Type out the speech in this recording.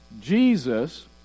Jesus